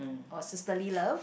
or sisterly love